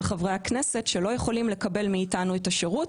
של חברי הכנסת שלא יכולים לקבל מאתנו את השירות,